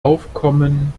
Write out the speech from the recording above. aufkommen